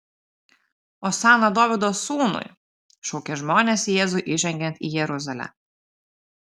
osana dovydo sūnui šaukė žmonės jėzui įžengiant į jeruzalę